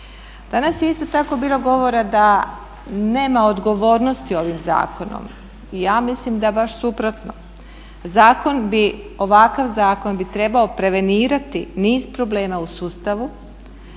Danas je isto tako bilo govora da nema odgovornosti ovim zakonom. Ja mislim da je baš suprotno. Zakon bi, ovakav zakon bi trebao prevenirati niz problema u sustavu